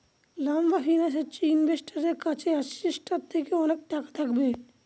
লম্বা ফিন্যান্স হচ্ছে ইনভেস্টারের কাছে অ্যাসেটটার থেকে অনেক টাকা থাকবে